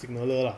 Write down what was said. signaller lah